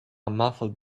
muffled